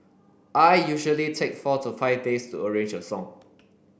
I usually take four to five days to arrange a song